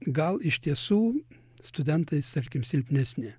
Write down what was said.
gal iš tiesų studentais tarkim silpnesni